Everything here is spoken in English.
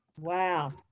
Wow